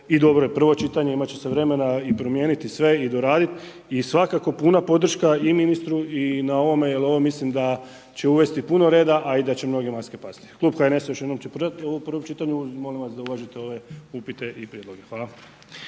i dobro i prvo čitanje, imat će se vremena i promijeniti sve i doraditi i svakako puna podrška i ministru na ovome jer ovo mislim da će uvesti puno reda, a i da će mnoge maske pasti. Klub HNS-a još jednom će podržati ovo u prvom čitanju, molim vas da uvažite ove upite i prijedloge. Hvala.